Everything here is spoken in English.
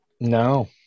No